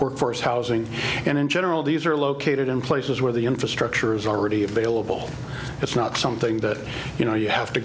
workforce housing and in general these are located in places where the infrastructure is already available it's not something that you know you have to